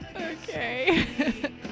Okay